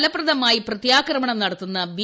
ഫലപ്രദമായി പ്രത്യാക്രമണം നടത്തുന്ന ബി